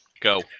go